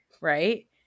right